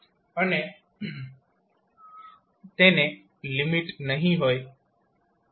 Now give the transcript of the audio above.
અને તેને લિમિટ નહી હોય જેમ t થશે